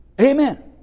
Amen